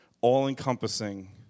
all-encompassing